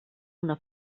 una